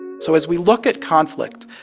so as we look at conflict,